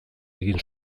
egin